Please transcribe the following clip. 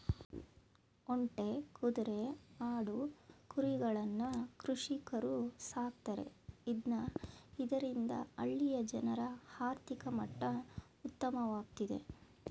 ಒಂಟೆ, ಕುದ್ರೆ, ಆಡು, ಕುರಿಗಳನ್ನ ಕೃಷಿಕರು ಸಾಕ್ತರೆ ಇದ್ನ ಇದರಿಂದ ಹಳ್ಳಿಯ ಜನರ ಆರ್ಥಿಕ ಮಟ್ಟ ಉತ್ತಮವಾಗ್ತಿದೆ